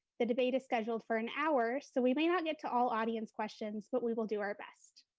the debate is scheduled for an hour, so we may not get to all audience questions, but we will do our best.